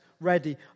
ready